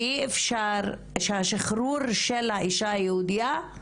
שאי אפשר שהשחרור של האישה היהודייה,